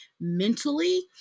mentally